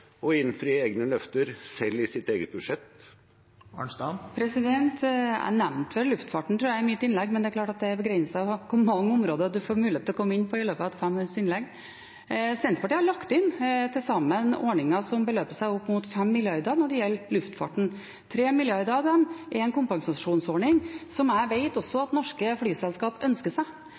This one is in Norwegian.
innfri egne løfter i sitt eget budsjett? Jeg nevnte vel luftfarten, tror jeg, i mitt innlegg, men det er klart at det er begrenset hvor mange områder man får mulighet til å komme inn på i løpet av et 5 minutters innlegg. Senterpartiet har lagt inn ordninger som til sammen beløper seg opp mot 5 mrd. kr når det gjelder luftfarten. 3 mrd. kr av dem er en kompensasjonsordning som jeg vet at også norske flyselskaper ønsker seg.